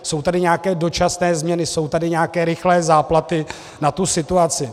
Jsou tady nějaké dočasné změny, jsou tady nějaké rychlé záplaty na tu situaci.